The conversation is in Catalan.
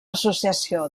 associació